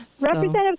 Representative